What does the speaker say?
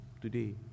today